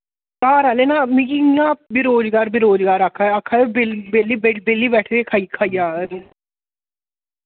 घर आह्ले ना मिगी इ'न्ना बेरोजगार बेरोजगार आक्खा दे आक्खा दे बेल बेल्ली बे बेल्ली बैठे दे खाई खाई जा दा तू